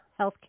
healthcare